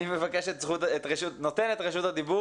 אני רגע רוצה לצייר לכם ציור בגן אחד עם כל המרכיבים שבתוכו,